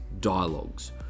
dialogues